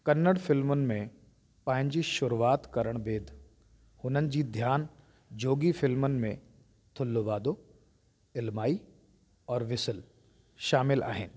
कन्नड़ फिल्मुनि में पंहिंजी शुरूआति करणु बैदि हुननि जी ध्यानु जोगी फिल्मुनि में थुल्लुवाधो इलमाई और व्हिसल शामिलु आहिनि